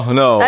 no